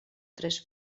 tres